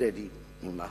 יתמודד עמה.